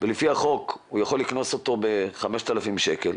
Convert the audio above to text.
ולפי החוק הוא יכול לקנוס אותו ב-5,000 שקל.